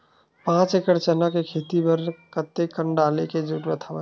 पांच एकड़ चना के खेती बर कते कन डाले के जरूरत हवय?